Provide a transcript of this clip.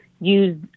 use